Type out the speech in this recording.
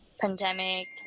pandemic